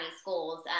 schools